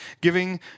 giving